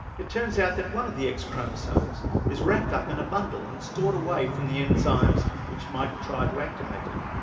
it turns out that one of the x chromosomes is wrapped up in a bundle and stored away from the enzymes that might try to activate it.